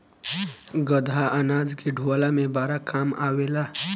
गदहा अनाज के ढोअला में बड़ा काम आवेला